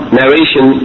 narration